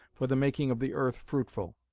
for the making of the earth fruitful.